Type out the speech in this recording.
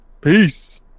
Peace